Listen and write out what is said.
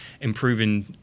improving